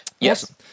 Yes